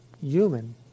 human